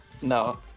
No